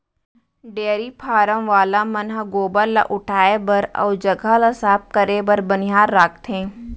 dairy farm वाला मन ह गोबर ल उठाए बर अउ जघा ल साफ करे बर बनिहार राखथें